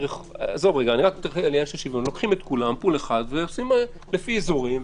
היה צריך לקחת את כולם בפול אחד ולעשות לפי אזורים.